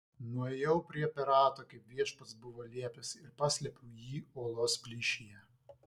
nuėjau prie perato kaip viešpats buvo liepęs ir paslėpiau jį uolos plyšyje